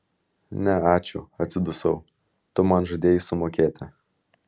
ne ačiū atsidusau tu man žadėjai sumokėti